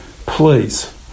please